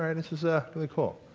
and this is a really cool.